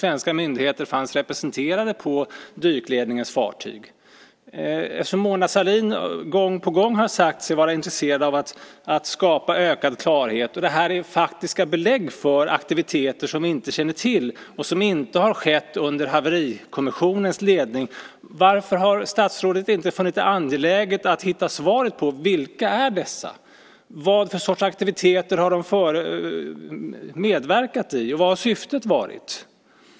Svenska myndigheter fanns nämligen representerade på dykledningens fartyg. Eftersom Mona Sahlin gång på gång har sagt sig vara intresserad av att skapa ökad klarhet, och det finns faktiska belägg för aktiviteter som vi inte känner till och som inte skett under haverikommissionens ledning, undrar jag varför statsrådet inte funnit det angeläget att hitta svaret på frågan vilka de är, vilken sorts aktiviteter de medverkat i och vad syftet varit.